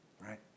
right